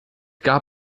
gab